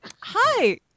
Hi